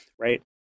right